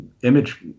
image